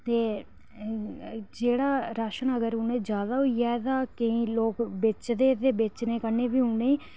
ते जेह्ड़ा राशन अगर उ'नेंगी ज्यादा होई जा ता ओह् बेचदे ते बेचने कन्ने बी उ'नेंगी